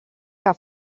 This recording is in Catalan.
que